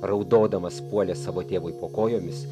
raudodamas puolė savo tėvui po kojomis